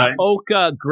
Oka